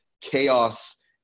chaos